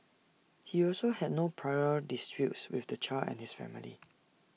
he also had no prior disputes with the child and his family